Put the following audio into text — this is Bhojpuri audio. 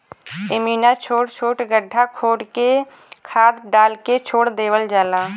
इमिना छोट छोट गड्ढा खोद के खाद डाल के छोड़ देवल जाला